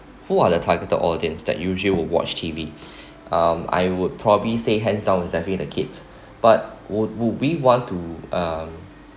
who are the targeted audience that usually would watch T_V um I would probably say hands down exactly the kids but would would we want to um